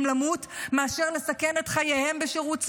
למות מאשר לסכן את חייהם בשירות צבאי.